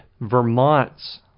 Vermont's